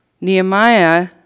Nehemiah